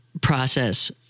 process